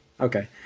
Okay